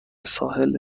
ساحل